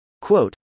Quote